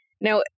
Now